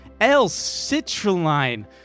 L-citrulline